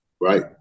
Right